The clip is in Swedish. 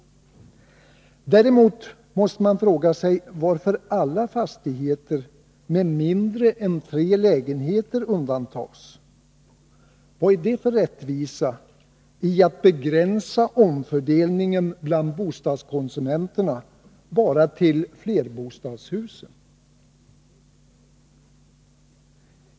Däremot måste man fråga sig varför alla fastigheter med mindre än tre lägenheter undantas — vad är det för rättvisa i att begränsa omfördelningen bland bostadskonsumenterna bara till flerbostadshusen?